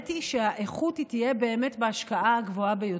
ונעניתי שהאיכות תהיה באמת בהשקעה הגבוהה ביותר.